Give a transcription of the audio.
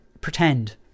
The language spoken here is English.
pretend